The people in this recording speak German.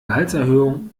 gehaltserhöhung